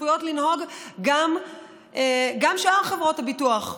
צפויות לפעול גם שאר חברות הביטוח,